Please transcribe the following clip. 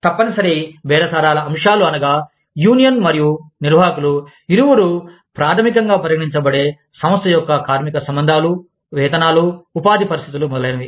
తప్పనిసరి బేరసారాల అంశాలు అనగా యూనియన్ మరియు నిర్వాహకులు ఇరువురు ప్రాథమికంగా పరిగణించబడే సంస్థ యొక్క కార్మిక సంబంధాలు వేతనాలు ఉపాధి పరిస్థితులు మొదలైనవి